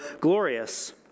glorious